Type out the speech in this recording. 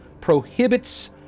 prohibits